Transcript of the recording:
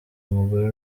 umugore